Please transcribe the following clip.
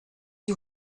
die